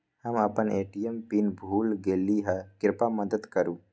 हम अपन ATM pin भूल गेली ह, कृपया मदत करू